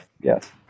Yes